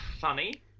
funny